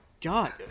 God